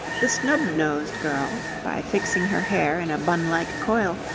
the snubbed-nose girl, by fixing her hair in a bun-like coil,